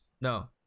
No